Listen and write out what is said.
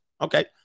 Okay